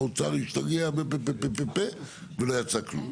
האוצר השתגע וכו', ולא יצא כלום.